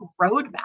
roadmap